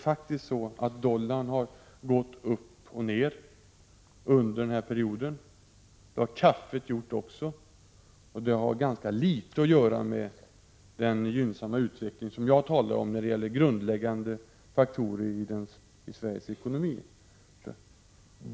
Dollarkursen, liksom priset på kaffe, har faktiskt gått upp och ned under den här perioden. Det har ganska litet att göra med den gynnsamma utveckling jag talade om när det gäller grundläggande faktorer i Sveriges ekonomi.